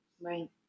Right